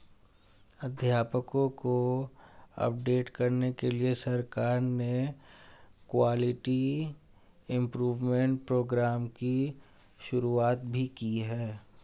अध्यापकों को अपडेट करने के लिए सरकार ने क्वालिटी इम्प्रूव्मन्ट प्रोग्राम की शुरुआत भी की है